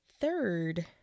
third